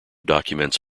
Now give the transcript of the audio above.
documents